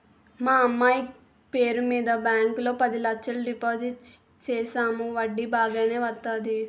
మా అమ్మాయి పేరు మీద బ్యాంకు లో పది లచ్చలు డిపోజిట్ సేసాము వడ్డీ బాగానే వత్తాది